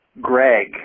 Greg